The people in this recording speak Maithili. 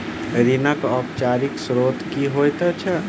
ऋणक औपचारिक स्त्रोत की होइत छैक?